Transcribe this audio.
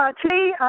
ah today